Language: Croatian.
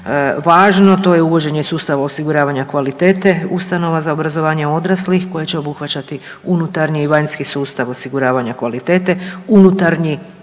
važno to je uvođenje sustava osiguravanja kvalitete ustanova za obrazovanje odraslih koje će obuhvaćati unutarnji i vanjski sustav osiguravanja kvalitete. Unutarnji